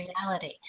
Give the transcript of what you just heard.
reality